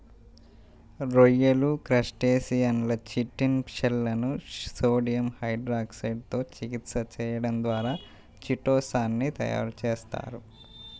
రొయ్యలు, క్రస్టేసియన్ల చిటిన్ షెల్లను సోడియం హైడ్రాక్సైడ్ తో చికిత్స చేయడం ద్వారా చిటో సాన్ ని తయారు చేస్తారు